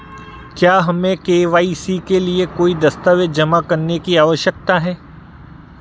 क्या हमें के.वाई.सी के लिए कोई दस्तावेज़ जमा करने की आवश्यकता है?